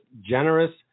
generous